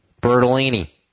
Bertolini